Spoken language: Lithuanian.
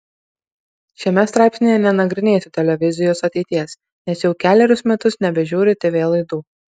šiame straipsnyje nenagrinėsiu televizijos ateities nes jau kelerius metus nebežiūriu tv laidų